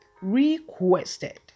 Requested